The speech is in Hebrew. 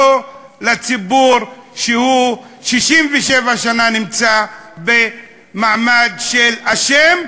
לא לציבור ש-67 שנה נמצא במעמד של אשם,